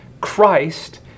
Christ